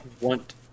want